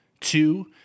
two